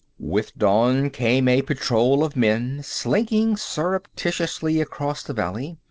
with dawn came a patrol of men, slinking surreptitiously across the valley,